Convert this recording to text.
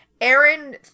Aaron